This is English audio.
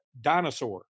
dinosaur